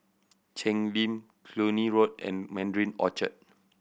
Cheng Lim Cluny Road and Mandarin Orchard